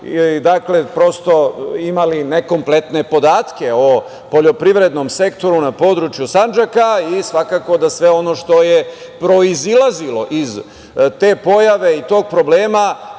način prosto imali nekompletne podatke o poljoprivrednom sektoru na području Sandžaka i svakako da sve ono što je proizilazilo iz te pojave i tog problema